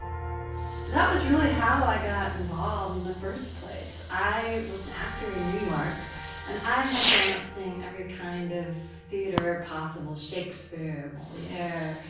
that was really how i got involved in the first place. i was an actor in new york and i had grown up seeing every kind of theatre possible, shakespeare, moliere,